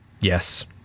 Yes